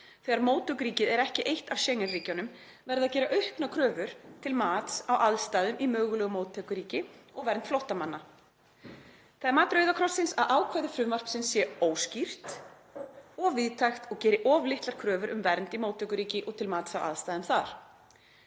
þegar móttökuríkið er ekki eitt af Schengen-ríkjunum verði að gera auknar kröfur til mats á aðstæðum í mögulegu móttökuríki og vernd flóttamanna. Það er mat Rauða krossins að ákvæði frumvarpsins sé óskýrt, of víðtækt og geri of litlar kröfur um vernd í móttökuríki og til mats á aðstæðum þar.